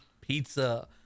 Pizza